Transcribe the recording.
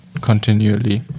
continually